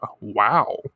Wow